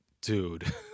dude